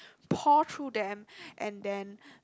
pour through them and then